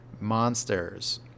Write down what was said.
monsters